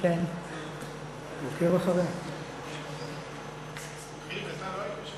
הוא עוקב אחרייך בכל